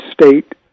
state